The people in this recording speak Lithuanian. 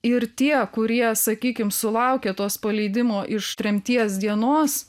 ir tie kurie sakykim sulaukė tos paleidimo iš tremties dienos